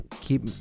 keep